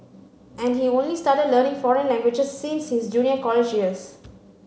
and he only started learning foreign languages since his junior college years